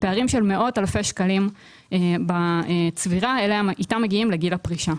מדובר על פערים של מאות אלפי שקלים בצבירה שאיתם מגיעים לגיל הפרישה.